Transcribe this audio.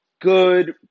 good